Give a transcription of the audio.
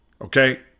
Okay